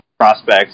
Prospects